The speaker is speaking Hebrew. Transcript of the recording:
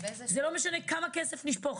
זה לא משנה כמה כסף נשפוך,